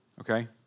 okay